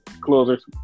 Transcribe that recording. closers